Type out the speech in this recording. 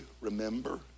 remember